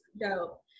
dope